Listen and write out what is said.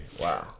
Wow